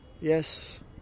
Yes